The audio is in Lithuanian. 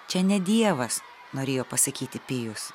čia ne dievas norėjo pasakyti pijus